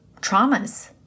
traumas